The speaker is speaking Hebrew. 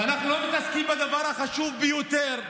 ואנחנו לא מתעסקים בדבר החשוב ביותר,